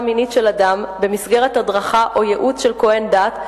מינית של אדם במסגרת הדרכה או ייעוץ של כוהן דת,